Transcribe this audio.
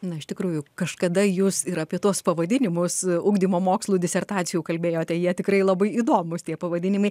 na iš tikrųjų kažkada jūs ir apie tuos pavadinimus ugdymo mokslų disertacijų kalbėjote jie tikrai labai įdomūs tie pavadinimai